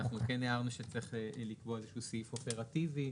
אנחנו כן הערנו שצריך לקבוע סעיף אופרטיבי,